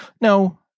No